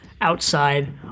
outside